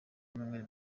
emmanuel